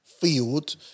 field